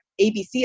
ABC